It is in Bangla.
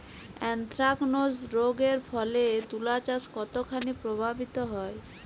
এ্যানথ্রাকনোজ রোগ এর ফলে তুলাচাষ কতখানি প্রভাবিত হয়?